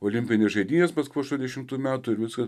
olimpinės žaidynės bet po aštuoniasdešimtų metų viskas